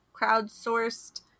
crowdsourced